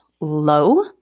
low